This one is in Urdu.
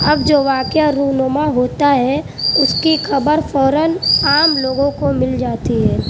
اب جو واقعہ رونما ہوتا ہے اس کی خبر فوراً عام لوگوں کو مل جاتی ہے